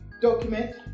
document